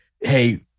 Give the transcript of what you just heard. hey